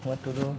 what to do